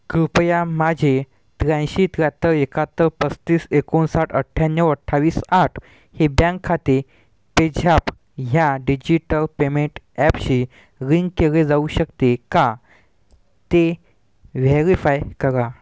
कृपया माझे त्र्याऐंशी त्र्याहहत्तर एकाहत्तर पस्तीस एकोणसाठ अठ्ठ्याण्णव अठ्ठावीस आठ हे बँक खाते पेझ्याप ह्या डिजिटल पेमेंट ॲपशी लिंक केले जाऊ शकते का ते व्हेरीफाय करा